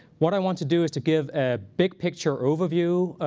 what i want to do is to give a big picture overview,